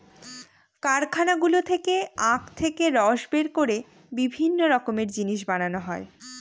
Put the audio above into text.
কারখানাগুলো থেকে আখ থেকে রস বের করে বিভিন্ন রকমের জিনিস বানানো হয়